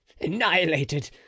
annihilated